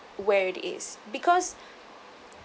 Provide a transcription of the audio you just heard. where it is because